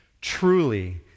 Truly